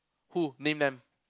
who name them